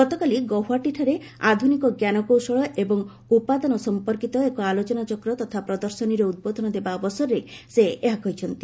ଗତକାଲି ଗୌହାଟୀଠାରେ ଆଧୁନିକ ଜ୍ଞାନକୌଶଳ ଏବଂ ଉପାଦାନ ସଫପର୍କିତ ଏକ ଆଲୋଚନାଚକ୍ର ତଥା ପ୍ରଦର୍ଶନୀରେ ଉଦ୍ବୋଧନ ଦେବା ଅବସରରେ ସେ ଏହା କହିଛନ୍ତି